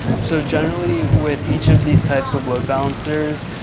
so generally, with each of these types of load balancers,